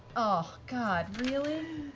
ah god, really?